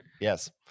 Yes